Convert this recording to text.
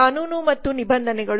ಕಾನೂನು ಮತ್ತು ನಿಬಂಧನೆಗಳು